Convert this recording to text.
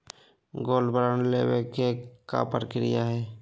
Gold bond लेवे के का प्रक्रिया हई?